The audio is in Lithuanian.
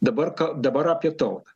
dabar ką dabar apie tau